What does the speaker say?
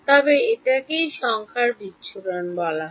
তবে এটাকেই সংখ্যার বিচ্ছুরণ বলা হয়